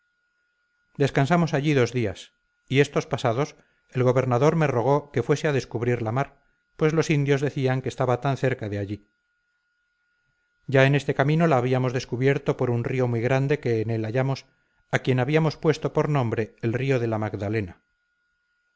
descansamos allí dos días y estos pasados el gobernador me rogó que fuese a descubrir la mar pues los indios decían que estaba tan cerca de allí ya en este camino la habíamos descubierto por un río muy grande que en él hallamos a quien habíamos puesto por nombre el río de la magdalena